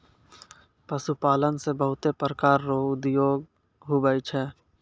पशुपालन से बहुत प्रकार रो उद्योग हुवै छै